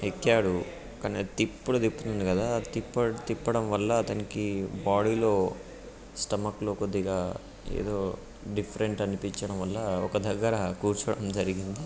ఎక్కాడు కానీ అది తిప్పుడు తిప్పుతుంది కదా తిప్ప తిప్పడం వల్ల అతనికి బాడీలో స్టమక్లో కొద్దిగా ఏదో డిఫరెంట్ అనిపించడం వల్ల ఒక దగ్గర కూర్చోవడం జరిగింది